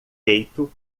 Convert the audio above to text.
feito